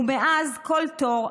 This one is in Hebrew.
ומאז לכל תור,